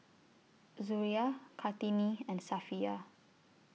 Suria Kartini and Safiya